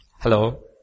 hello